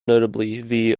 notably